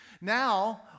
Now